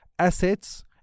assets